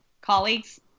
Colleagues